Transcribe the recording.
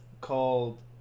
called